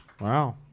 Wow